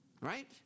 right